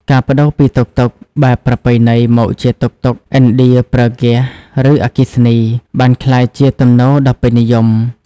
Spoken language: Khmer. ការប្តូរពីតុកតុកបែបប្រពៃណីមកជាតុកតុកឥណ្ឌាប្រើហ្គាស ឬអគ្គិសនី បានក្លាយជាទំនោរដ៏ពេញនិយម។